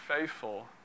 faithful